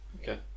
Okay